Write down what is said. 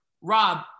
Rob